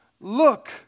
look